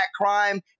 crime